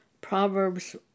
Proverbs